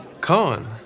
Cohen